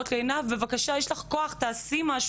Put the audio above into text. ממני לנצל את הכוח הזה כדי שאעשה משהו,